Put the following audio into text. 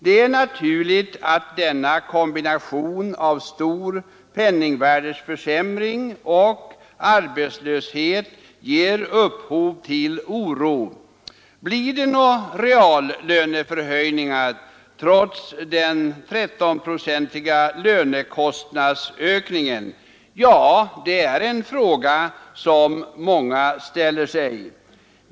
Det är naturligt att denna kombination av stor penningvärdeförsämring och arbetslöshet ger upphov till oro. Blir det några reallönehöjningar trots den 13-procentiga lönekostnadsökningen? Ja, det är en fråga som många ställer sig.